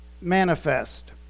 manifest